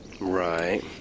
Right